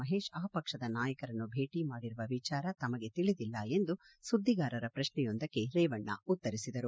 ಮಹೇಶ್ ಆ ಪಕ್ಷದ ನಾಯಕರನ್ನು ಭೇಟಿ ಮಾಡಿರುವ ವಿಚಾರ ತಮಗೆ ತಿಳಿದಿಲ್ಲ ಎಂದು ಸುದ್ದಿಗಾರರ ಪ್ರಶ್ನೆಯೊಂದಕ್ಕೆ ರೇವಣ್ಣ ಉತ್ತರಿಸಿದರು